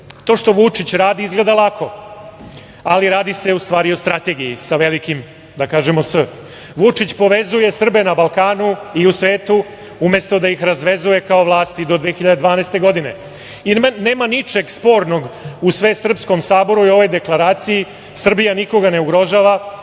što Vučić radi izgleda lako, ali radi se u stvari i o strategiji sa velikim, da kažemo „S“. Vučić povezuje Srbe na Balkanu i u svetu, umesto da ih razvezuje kao vlast i do 2012. godine. Nema ničeg spornog u Svesrpskom saboru i u ovoj deklaraciji, Srbija nikoga ne ugrožava